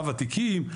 הוותיקים,